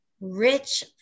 rich